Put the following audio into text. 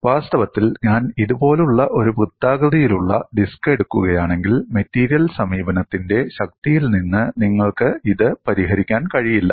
വാസ്തവത്തിൽ ഞാൻ ഇതുപോലുള്ള ഒരു വൃത്താകൃതിയിലുള്ള ഡിസ്ക് എടുക്കുകയാണെങ്കിൽ മെറ്റീരിയൽ സമീപനത്തിന്റെ ശക്തിയിൽ നിന്ന് നിങ്ങൾക്ക് ഇത് പരിഹരിക്കാൻ കഴിയില്ല